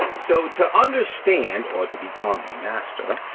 so to understand or to become a master,